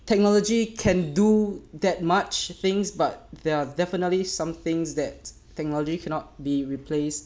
technology can do that much things but there are definitely some things that technology cannot be replaced